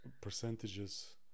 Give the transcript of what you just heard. percentages